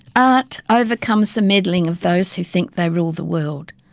art overcomes the meddling of those who think they rule the world.